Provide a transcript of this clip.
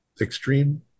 extreme